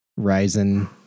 Ryzen